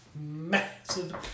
massive